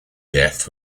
death